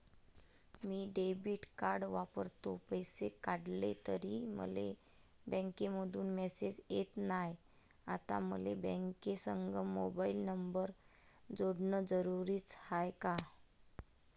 मी debit card वापरतो, पैसे काढले तरी मले बँकेमंधून मेसेज येत नाय, आता मले बँकेसंग मोबाईल नंबर जोडन जरुरीच हाय का?